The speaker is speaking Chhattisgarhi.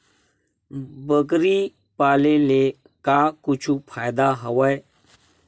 बकरी पाले ले का कुछु फ़ायदा हवय?